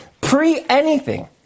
pre-anything